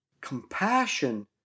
Compassion